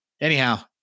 Anyhow